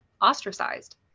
ostracized